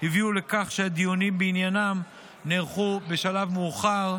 הביאו לכך שהדיונים בעניינם נערכו בשלב מאוחר,